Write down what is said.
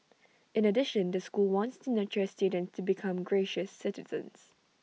in addition the school wants to nurture students to become gracious citizens